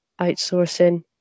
outsourcing